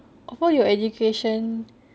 of all your education